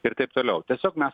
ir taip toliau tiesiog mes